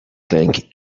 think